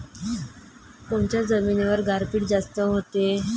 कोनच्या जमिनीवर गारपीट जास्त व्हते?